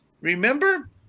remember